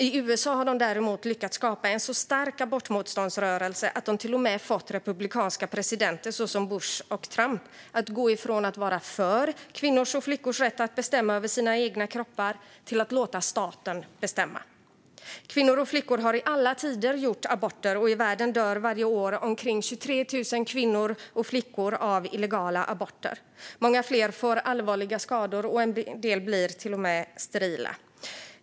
I USA har man dock lyckats skapa en så stark abortmotståndsrörelse att man till och med fått republikanska presidenter såsom Bush och Trump att gå från att vara för kvinnors och flickors rätt att bestämma över sina egna kroppar till att låta staten bestämma. Kvinnor och flickor har i alla tider gjort aborter, och i världen dör varje år omkring 23 000 kvinnor och flickor av illegala aborter. Många fler får allvarliga skador, och en del blir till och med sterila.